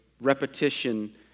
repetition